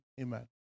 amen